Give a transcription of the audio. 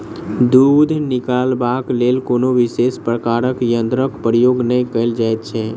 दूध निकालबाक लेल कोनो विशेष प्रकारक यंत्रक प्रयोग नै कयल जाइत छै